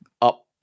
up